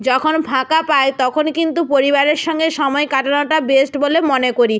যখন ফাঁকা পাই তখন কিন্তু পরিবারের সঙ্গে সময় কাটানোটা বেস্ট বলে মনে করি